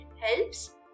helps